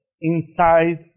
inside